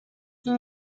این